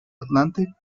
atlantic